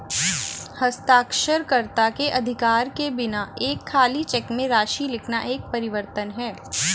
हस्ताक्षरकर्ता के अधिकार के बिना एक खाली चेक में राशि लिखना एक परिवर्तन है